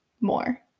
more